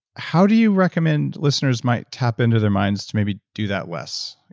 how do you recommend listeners might tap into their minds to maybe do that less,